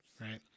Right